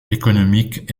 économique